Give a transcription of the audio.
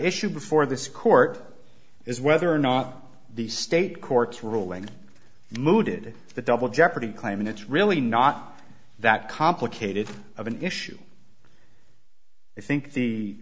issue before this court is whether or not the state court's ruling mooted the double jeopardy claim and it's really not that complicated of an issue i think the